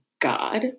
God